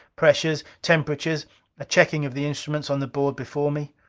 pressures, temperatures a checking of the instruments on the board before me.